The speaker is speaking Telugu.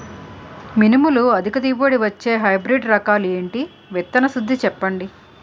మినుములు అధిక దిగుబడి ఇచ్చే హైబ్రిడ్ రకాలు ఏంటి? విత్తన శుద్ధి చెప్పండి?